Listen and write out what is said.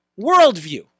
worldview